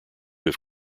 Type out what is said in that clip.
have